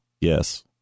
Yes